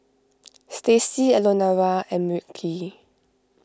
Stacie Elenora and Wilkie